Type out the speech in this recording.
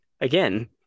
again